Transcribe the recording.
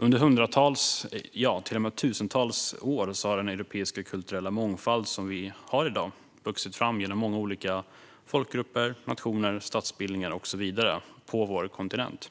Under hundratals - ja, till och med tusentals - år har den europeiska kulturella mångfald vi har i dag vuxit fram genom många olika folkgrupper, nationer, statsbildningar och så vidare på vår kontinent.